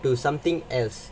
to something else